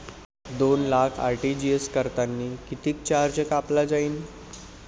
दोन लाख आर.टी.जी.एस करतांनी कितीक चार्ज कापला जाईन?